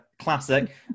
Classic